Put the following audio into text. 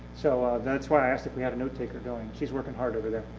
so that's why i asked if we had a note taker going. she's working hard over there.